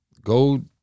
go